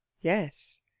Yes